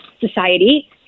society